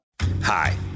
Hi